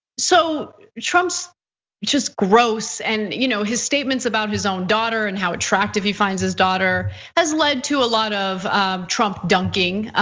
so trump's just gross. and you know his statements about his own daughter and how attractive he finds his daughter has led to a lot of trump dunking,